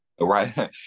Right